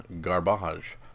garbage